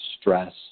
stress